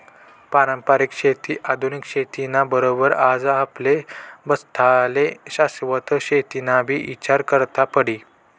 पारंपरिक शेती आधुनिक शेती ना बरोबर आज आपले बठ्ठास्ले शाश्वत शेतीनाबी ईचार करना पडी